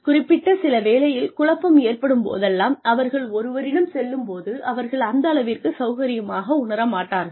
குறிப்பிட்ட சில வேலையில் குழப்பம் ஏற்படும் போதெல்லாம் அவர்கள் ஒருவரிடம் செல்லும் போது அவர்கள் அந்தளவிற்கு சௌகரியமாக உணர மாட்டார்கள்